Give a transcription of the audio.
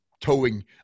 towing